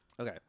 Okay